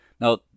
Now